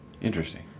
Interesting